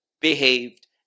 behaved